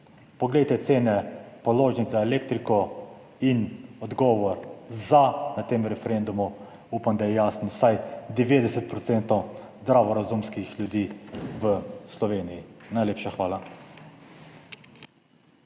Poglejte cene položnic za elektriko in odgovor za na tem referendumu, upam, da je jasno za vsaj 90 % zdravorazumskih ljudi v Sloveniji. Najlepša hvala.